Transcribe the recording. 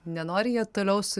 nenori jie toliau su